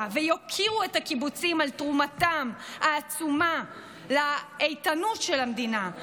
ויוקירו את הקיבוצים על תרומתם העצומה לאיתנות של המדינה.